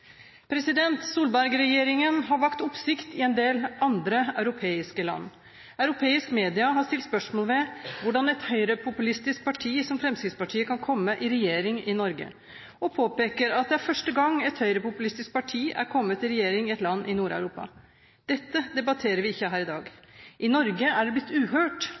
har vakt oppsikt i en del andre europeiske land. Europeisk media har stilt spørsmål ved hvordan et høyrepopulistisk parti som Fremskrittspartiet kan komme i regjering i Norge, og påpeker at det er første gang et høyrepopulistisk parti er kommet i regjering i et land i Nord-Europa. Dette debatterer vi ikke her i dag. I Norge er det blitt uhørt